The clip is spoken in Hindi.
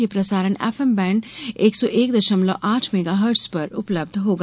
ये प्रसारण एफएम बैण्ड एक सौ एक दशमलव आठ मेगा हटर्ज पर उपलब्ध रहेगा